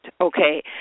Okay